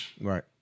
Right